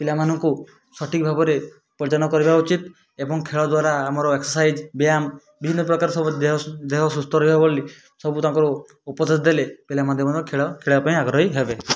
ପିଲାମାନଙ୍କୁ ସଠିକ ଭାବରେ କରିବା ଉଚିତ ଏବଂ ଖେଳ ଦ୍ଵାରା ଆମର ଏକ୍ସସାଇଜ୍ ବ୍ୟାୟାମ ବିଭିନ୍ନ ପ୍ରକାର ସବୁ ଦେହ ଦେହ ସୁସ୍ଥ ରହିବ ବୋଲି ସବୁ ତାଙ୍କୁ ଉପଦେଶ ଦେଲେ ପିଲାମାନେ ଖେଳ ଖେଳିବା ପାଇଁ ଆଗ୍ରହୀ ହେବେ